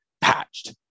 Patched